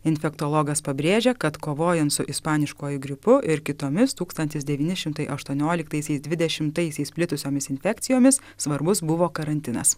infektologas pabrėžia kad kovojant su ispaniškuoju gripu ir kitomis tūkstantis devyni šimtai aštuonioliktaisiais dvidešimtaisiais plitusiomis infekcijomis svarbus buvo karantinas